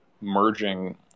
merging